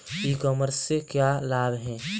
ई commerce से क्या क्या लाभ हैं?